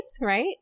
Right